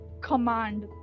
command